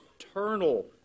eternal